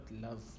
love